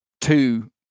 two